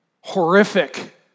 horrific